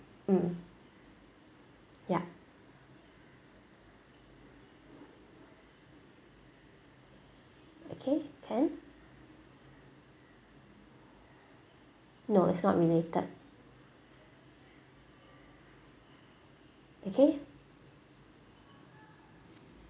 mm ya okay can no it's not related okay